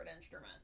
instrument